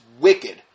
wicked